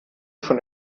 schon